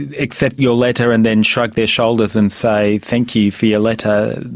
and accept your letter and then shrug their shoulders and say thank you for your letter,